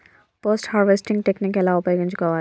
Post harvesting technique ఎలా ఉపయోగించుకోవాలి?